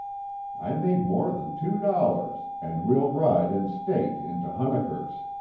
i made more than two dollars, and we'll ride in state into hunnikers!